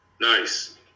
Nice